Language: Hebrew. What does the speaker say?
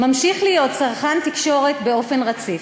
ממשיך להיות צרכן תקשורת באופן רציף.